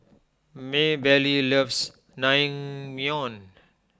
Maebelle loves Naengmyeon